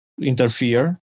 interfere